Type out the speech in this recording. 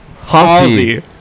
Halsey